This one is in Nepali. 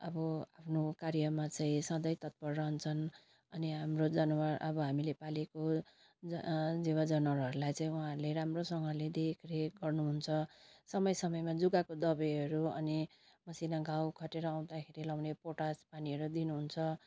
अब आफ्नो कार्यमा चाहिँ सधैँ तत्पर रहन्छन् अनि हाम्रो जनावर अब हामीले पालेको ज जीव जनावरहरूलाई चाहिँ उहाँहरूले राम्रोसँगले देखरेख गर्नुहुन्छ समय समयमा जुगाको दवाईहरू अनि मसिना घाउ खटिरा आउँदाखेरि लाउने पोटास पानीहरू दिनुहुन्छ